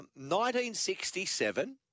1967